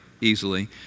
easily